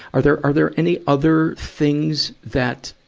are there, are there any other things that,